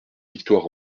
victoires